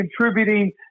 contributing